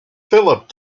phillip